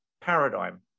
paradigm